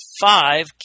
five